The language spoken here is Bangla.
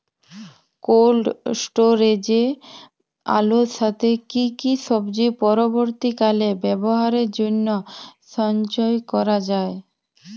কোল্ড স্টোরেজে আলুর সাথে কি কি সবজি পরবর্তীকালে ব্যবহারের জন্য সঞ্চয় করা যায়?